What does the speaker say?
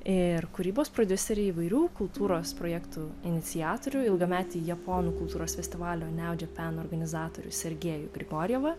ir kūrybos prodiuserį įvairių kultūros projektų iniciatorių ilgametį japonų kultūros festivalio neudžiu pen organizatorių sergejų grigorjevą